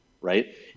right